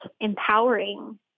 empowering